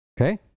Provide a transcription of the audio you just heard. Okay